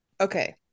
Okay